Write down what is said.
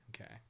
Okay